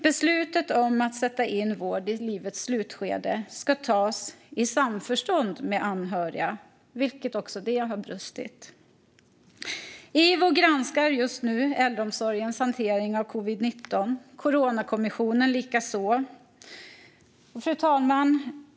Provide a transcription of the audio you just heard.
Beslutet om att sätta in vård i livets slutskede ska tas i samförstånd med anhöriga. Också det har brustit. IVO granskar just nu äldreomsorgens hantering av covid-19. Coronakommissionen gör det likaså.